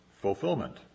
fulfillment